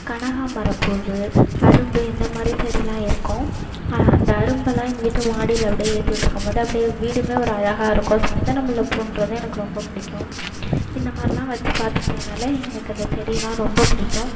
கனகாம்பரப்பூ அரும்பு இந்த மாதிரி செடியெலாம் இருக்கும் அந்த அரும்பெல்லாம் எங்கள் வீட்டு மாடியில் அப்படியே ஏற்றி விட்ருக்கும்போது அப்படியே வீடுமே ஒரு அழகாக இருக்கும் சந்தன முல்லை பூகிறது எனக்கு ரொம்ப பிடிக்கும் இந்த மாதிரிலாம் வச்சு பார்த்துக்குறதுனால எனக்கு அந்த செடியெல்லாம் ரொம்ப பிடிக்கும்